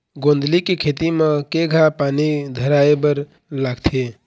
गोंदली के खेती म केघा पानी धराए बर लागथे?